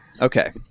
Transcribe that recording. Okay